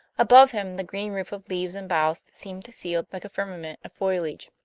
above him the green roof of leaves and boughs seemed sealed like a firmament of foliage